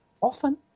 often